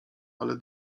ale